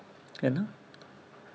you know